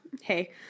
hey